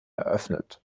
eröffnet